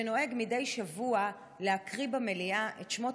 שנוהג מדי שבוע להקריא במליאה את שמות